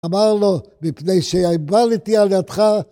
אמר לו, מפני שהתאבלתי על ידך,